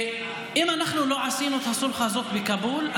ואם אנחנו לא היינו עושים את הסולחה הזאת בכאבול,